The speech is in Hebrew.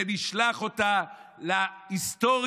ונשלח אותה להיסטוריה,